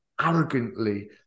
arrogantly